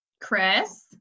Chris